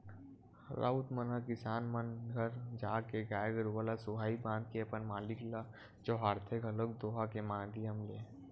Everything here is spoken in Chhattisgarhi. राउत मन ह किसान मन घर जाके गाय गरुवा ल सुहाई बांध के अपन मालिक ल जोहारथे घलोक दोहा के माधियम ले